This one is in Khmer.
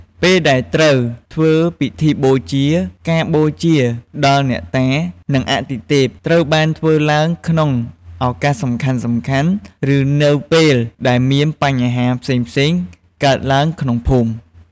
ពេលដែលត្រូវធ្វើពិធីបូជា ការបូជាដល់អ្នកតា និងអាទិទេព ត្រូវបានធ្វើឡើងក្នុងឱកាសសំខាន់ៗ ឬនៅពេលដែលមានបញ្ហាផ្សេងៗកើតឡើងក្នុងភូមិ។